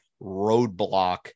roadblock